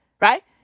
Right